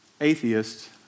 atheists